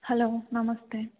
hello नमस्ते